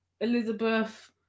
Elizabeth